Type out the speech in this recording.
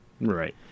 Right